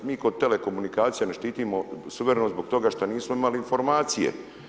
Mi kod telekomunikacija ne štitimo suverenost zbog toga što nismo imali informacije.